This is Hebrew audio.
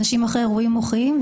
אנשים אחרי אירועים מוחיים.